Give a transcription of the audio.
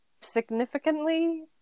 significantly